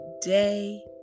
day